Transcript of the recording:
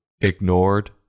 Ignored